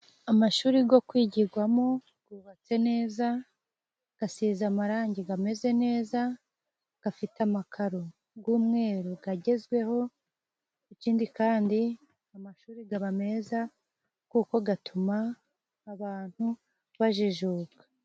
Amashuri yo kwigirwamo yubatse neza, asize amarangi ameze neza, afite amakaro y'umweru agezweho, ikindi kandi amashuri aba meza kuko atuma abantu bajijuka.